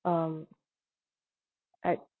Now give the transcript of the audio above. um I